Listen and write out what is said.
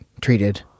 treated